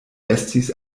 estis